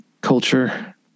culture